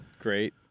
great